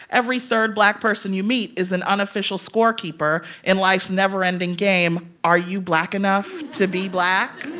every third black person you meet is an unofficial scorekeeper in life's never-ending game, are you black enough to be black?